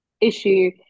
issue